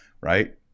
Right